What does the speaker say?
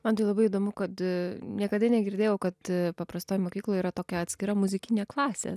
man tai labai įdomu kad niekada negirdėjau kad paprastoj mokykloj yra tokia atskira muzikinė klasė